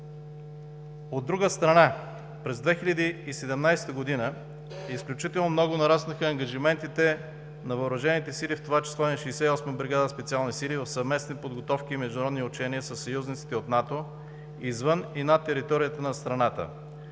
че времето е изтекло), изключително много нараснаха ангажиментите на Въоръжените сили, в това число и на 68-а бригада „Специални сили“, в съвместни подготовки и международни учения със съюзниците от НАТО извън и на територията на страната.